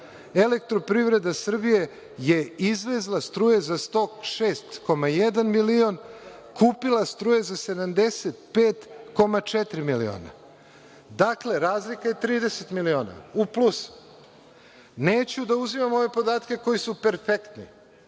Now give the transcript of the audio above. „Elektroprivreda Srbije“ je izvezla struje za 106,1 milion, kupila struje za 75,4 miliona. Dakle, razlika je 30 miliona, u plusu. Neću da uzimam ove podatke koji su perfektni,